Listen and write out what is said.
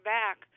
back